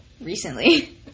recently